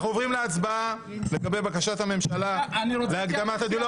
אנחנו עוברים להצבעה לגבי בקשת הממשלה להקדמת הדיון.